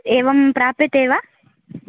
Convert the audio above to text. एवं प्राप्यते वा